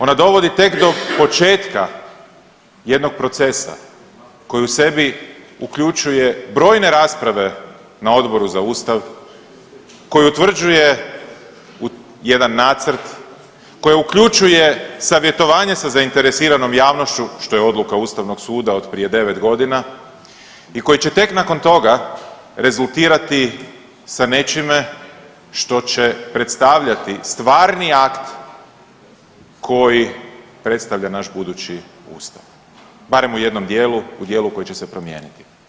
Ona dovodi tek do početka jednog procesa koji u sebi uključuje brojne rasprave na Odboru za Ustav, koji utvrđuje jedan nacrt, koji uključuje savjetovanje sa zainteresiranom javnošću, što je odluka Ustavnog suda od prije 9 godina i koji će tek nakon toga rezultirati sa nečime što će predstavljati stvarni akt koji predstavlja naš budući Ustav, barem u jednom dijelu, u dijelu koji će se promijeniti.